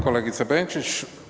Kolegice Benčić.